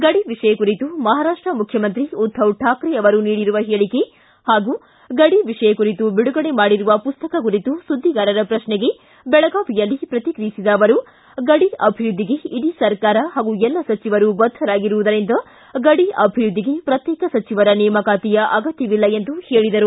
ಗಡಿ ವಿಷಯ ಕುರಿತು ಮಹಾರಾಷ್ಟ ಮುಖ್ಯಮಂತ್ರಿ ಉದ್ದವ ತಾಕ್ರೆ ಅವರು ನೀಡಿರುವ ಹೇಳಕೆ ಹಾಗೂ ಗಡಿ ವಿಷಯ ಕುರಿತು ಬಿಡುಗಡೆ ಮಾಡಿರುವ ಪುಸ್ತಕ ಕುರಿತು ಸುದ್ದಿಗಾರರ ಪ್ರಶ್ನೆಗೆ ಪ್ರತಿಕ್ರಿಯಿಸಿದ ಅವರು ಗಡಿ ಅಭಿವೃದ್ಧಿಗೆ ಇಡೀ ಸರ್ಕಾರ ಹಾಗೂ ಎಲ್ಲ ಸಚಿವರು ಬದ್ಧರಾಗಿರುವುದರಿಂದ ಗಡಿ ಅಭಿವೃದ್ಧಿಗೆ ಪ್ರತ್ಯಕ ಸಚಿವರ ನೇಮಕಾತಿಯ ಅಗತ್ಯವಿಲ್ಲ ಎಂದು ಹೇಳಿದರು